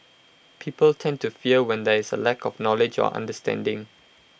people tend to fear when there is A lack of knowledge or understanding